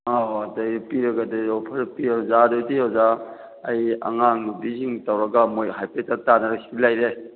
ꯑꯧ ꯑꯗꯒꯤ ꯄꯤꯔꯒꯗꯤ ꯑꯣꯐꯔꯗꯤ ꯑꯣꯖꯥ ꯑꯗꯨꯗꯤ ꯑꯣꯖꯥ ꯑꯩ ꯑꯉꯥꯡ ꯅꯨꯕꯤꯁꯤꯡ ꯇꯧꯔꯒ ꯃꯈꯣꯏ ꯍꯥꯏꯐꯦꯠꯇ ꯇꯥꯟꯅꯔꯒ ꯁꯤ ꯂꯩꯔꯦ